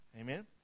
Amen